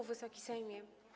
Wysoki Sejmie!